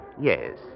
Yes